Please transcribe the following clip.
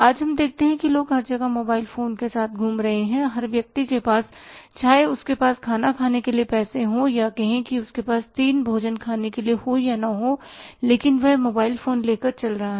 आज हम देखते हैं कि लोग हर जगह मोबाइल फोन के साथ घूम रहे हैं हर व्यक्ति के पास चाहे उसके पास खाना खाने के लिए पैसे हों या यह कहें कि उसके साथ 3 भोजन खाने को हो या नहीं लेकिन वह मोबाइल फोन लेकर चल रहा है